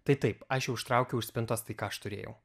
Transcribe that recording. tai taip aš jau ištraukiau iš spintos tai ką aš turėjau